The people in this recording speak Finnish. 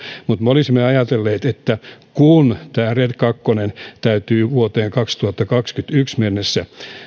mutta me olisimme ajatelleet että kun tämä red kaksi täytyy vuoteen kaksituhattakaksikymmentäyksi mennessä